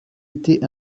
été